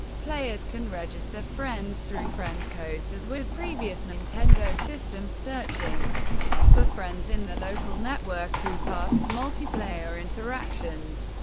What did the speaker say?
players can register friends through friend codes as with previous nintendo systems, searching for friends in the local network, through past multiplayer interactions,